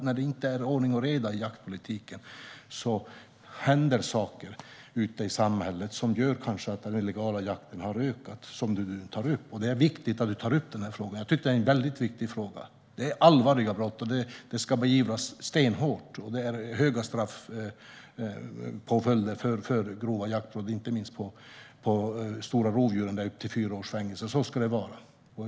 När det inte är ordning och reda i jaktpolitiken händer det saker ute i samhället som kanske gör att den illegala jakten har ökat, vilket du nu tar upp, Jens Holm. Det är bra att du har tagit upp frågan, för den är viktig. Det handlar om allvarliga brott, och de ska beivras stenhårt. Straffpåföljderna för grova jaktbrott, vad gäller inte minst stora rovdjur, är höga. Där är det upp till fyra års fängelse, och så ska det vara.